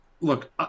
look